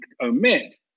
omit